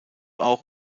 auch